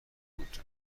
بود